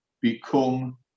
Become